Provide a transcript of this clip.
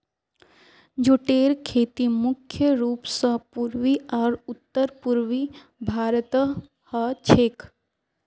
जूटेर खेती मुख्य रूप स पूर्वी आर उत्तर पूर्वी भारतत ह छेक